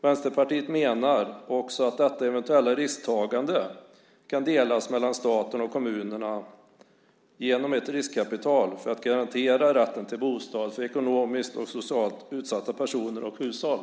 Vänsterpartiet menar också att detta eventuella risktagande kan delas mellan staten och kommunerna genom ett riskkapital för att garantera rätten till bostad för ekonomiskt och socialt utsatta personer och hushåll.